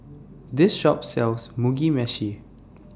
This Shop sells Mugi Meshi